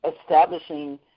establishing